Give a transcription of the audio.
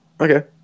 Okay